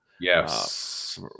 Yes